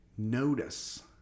Notice